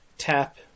Tap